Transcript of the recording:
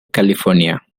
california